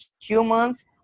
humans